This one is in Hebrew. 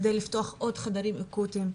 בכדי לפתוח עוד חדרים אקוטיים,